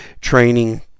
training